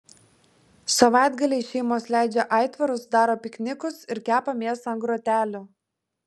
savaitgaliais šeimos leidžia aitvarus daro piknikus ir kepa mėsą ant grotelių